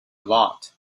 lot